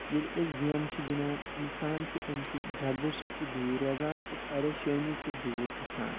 ییٚلہِ أسۍ گیمہٕ چھِ گِنٛدان اِنسان چھُ امہِ سۭتۍ ڈرٛگو سۭتۍ تہِ دوٗر روزان تہٕ پریشٲنی چھِ دوٗر گژھان